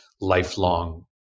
lifelong